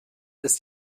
ist